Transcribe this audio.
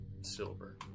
silver